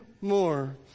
more